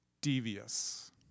devious